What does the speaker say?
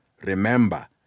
Remember